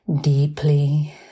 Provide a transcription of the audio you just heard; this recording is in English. deeply